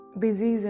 busy